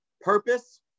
purpose